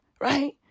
right